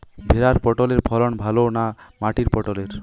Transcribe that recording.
ভেরার পটলের ফলন ভালো না মাটির পটলের?